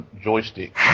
joystick